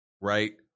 right